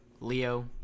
Leo